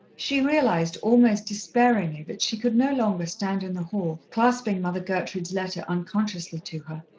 she realized almost despairingly that she could no longer stand in the hall clasping mother gertrude's letter unconsciously to her.